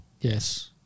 yes